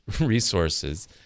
Resources